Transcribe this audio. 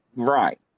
Right